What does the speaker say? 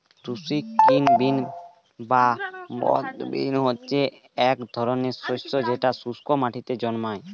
Turkish bean বা moth bean মানে হচ্ছে এক ধরনের শস্য যেটা শুস্ক মাটিতে জন্মায়